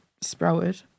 sprouted